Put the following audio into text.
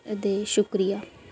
ते शुक्रिया